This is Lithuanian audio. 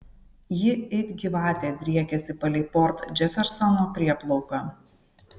ji it gyvatė driekiasi palei port džefersono prieplauką